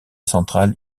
centrales